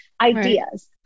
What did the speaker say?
ideas